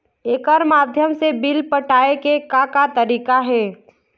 एकर माध्यम से बिल पटाए के का का तरीका हे?